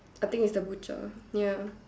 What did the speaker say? I think its the butcher ya